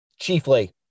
chiefly